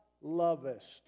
lovest